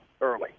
early